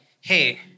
hey